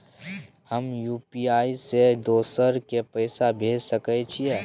हम यु.पी.आई से दोसर के पैसा भेज सके छीयै?